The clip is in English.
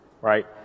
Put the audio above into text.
right